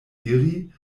iri